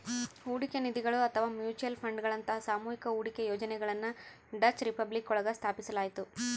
ಹೂಡಿಕೆ ನಿಧಿಗಳು ಅಥವಾ ಮ್ಯೂಚುಯಲ್ ಫಂಡ್ಗಳಂತಹ ಸಾಮೂಹಿಕ ಹೂಡಿಕೆ ಯೋಜನೆಗಳನ್ನ ಡಚ್ ರಿಪಬ್ಲಿಕ್ ಒಳಗ ಸ್ಥಾಪಿಸಲಾಯ್ತು